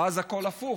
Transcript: אז הכול הפוך.